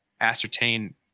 ascertain